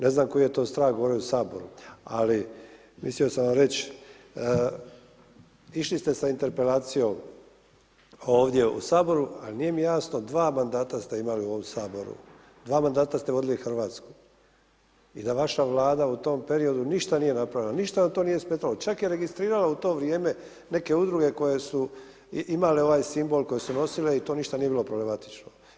Ne znam koji je to strah gore u Saboru, ali mislio sam vam reći, išli ste sa interpelacijom ovdje u Saboru, ali nije mi jasno, dva mandata ste imali u ovom Saboru, dva mandata ste vodili RH i da vaša Vlada u tom periodu ništa nije napravila, ništa vam to nije smetalo, čak je registrirala u to vrijeme neke Udruge koje su imale ovaj simbol koje su nosile i to ništa nije bilo problematično.